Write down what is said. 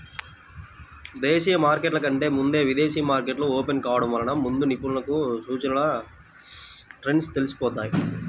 దేశీయ మార్కెట్ల కంటే ముందే విదేశీ మార్కెట్లు ఓపెన్ కావడం వలన ముందే నిపుణులకు సూచీల ట్రెండ్స్ తెలిసిపోతాయి